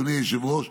אדוני היושב-ראש,